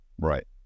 right